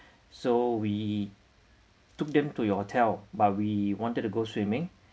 so we took them to your hotel but we wanted to go swimming